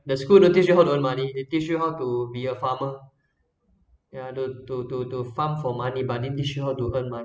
the school don't teach you how to earn money they teach you how to be a farmer yeah to to to to farm for money but didn't teach you how to earn mon~